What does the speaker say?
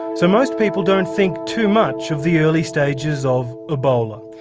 so most people don't think too much of the early stages of ebola.